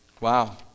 Wow